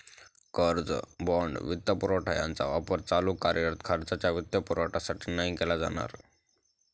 कर्ज, बाँड, वित्तपुरवठा यांचा वापर चालू कार्यरत खर्चाच्या वित्तपुरवठ्यासाठी नाही केला जाणार